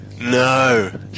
No